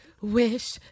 wish